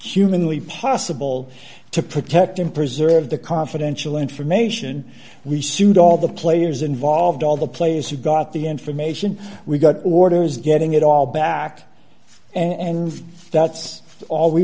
humanly possible to protect and preserve the confidential information we should all the players involved all the players who got the information we got orders getting it all back and that's all we